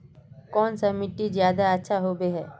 कौन सा मिट्टी ज्यादा अच्छा होबे है?